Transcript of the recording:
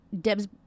Deb's